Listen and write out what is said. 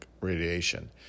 radiation